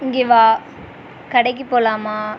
இங்கே வா கடைக்குப் போகலாமா